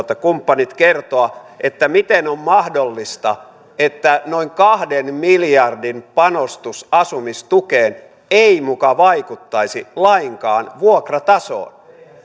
kumppanit miten on mahdollista että noin kahden miljardin panostus asumistukeen ei muka vaikuttaisi lainkaan vuokratasoon